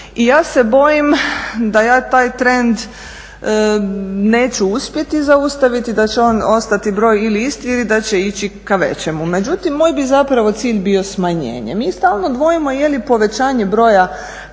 Ja se bojim da ja taj trend neću uspjeti zaustaviti, da će on ostati broj ili isti ili da će ići ka većemu. Međutim, moj bi zapravo cilj bio smanjenje. Mi stalno dvojimo je li povećanje broja